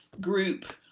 group